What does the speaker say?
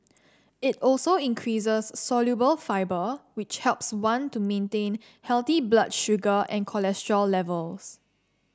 it also increases soluble fibre which helps one to maintain healthy blood sugar and cholesterol levels